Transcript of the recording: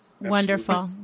wonderful